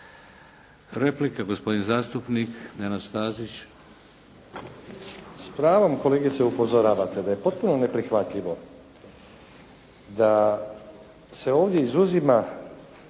Replika. Gospodin zastupnik Nenad Stazić. **Stazić, Nenad (SDP)** S pravom kolegice upozoravate da je potpuno neprihvatljivo da se ovdje izuzima